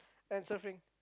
and surfing